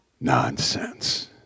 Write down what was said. nonsense